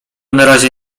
narazie